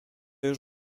już